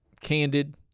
candid